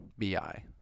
bi